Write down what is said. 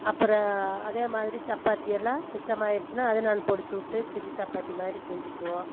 அப்பறம் அதே மாதிரி சப்பாத்தி எல்லாம் மிச்சம் ஆகிருச்சுனா அது நான் பிடிச்சி விட்டு சில்லி சப்பாத்தி மாதிரி செஞ்சிக்குவோம்